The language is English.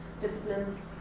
disciplines